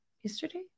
Yesterday